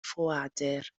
ffoadur